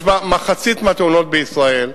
יש בה מחצית מהתאונות שיש בישראל.